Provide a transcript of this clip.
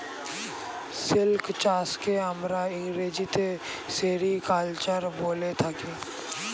silk চাষকে আমরা ইংরেজিতে সেরিকালচার বলে থাকি